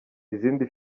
izindi